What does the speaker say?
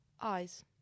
eyes